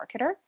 marketer